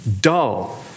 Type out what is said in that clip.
Dull